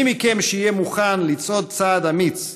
מי מכם שיהיה מוכן לצעוד צעד אמיץ,